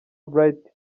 bright